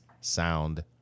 sound